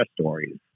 stories